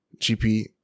GP